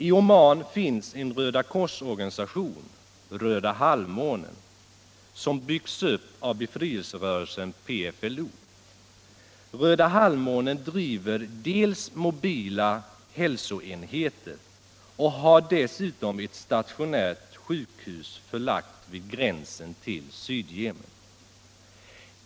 I Oman finns en rödakorsorganisation, Röda halvmånen, som byggts upp av befrielserörelsen PFLO. Röda halvmånen driver dels mobila hälsoenheter, dels ett stationärt sjukhus förlagt vid gränsen till Sydjemen.